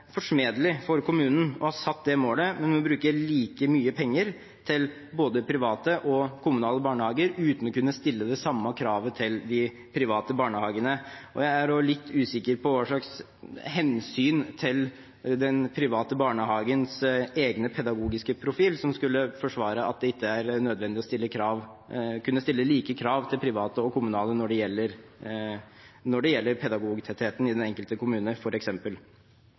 forsmedelig for kommunen når de har satt det målet, at de må bruke like mye penger til både private og kommunale barnehager uten å kunne stille det samme kravet til de private barnehagene. Jeg er også litt usikker på hva slags hensyn til den private barnehagens egne pedagogiske profil som skulle forsvare at det ikke er nødvendig å kunne stille like krav til private og kommunale f.eks. når det gjelder pedagogtettheten i den enkelte kommune.